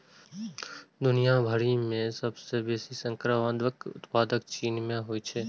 दुनिया भरि मे सबसं बेसी शकरकंदक उत्पादन चीन मे होइ छै